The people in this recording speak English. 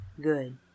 good